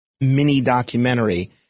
mini-documentary